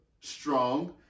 strong